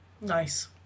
Nice